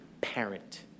parent